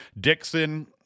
Dixon